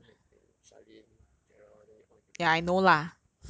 evan hui ting charlene gerald they on camera